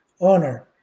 honor